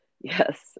yes